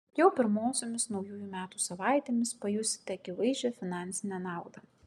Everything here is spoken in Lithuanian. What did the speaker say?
jau pirmosiomis naujųjų metų savaitėmis pajusite akivaizdžią finansinę naudą